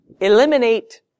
eliminate